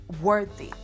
worthy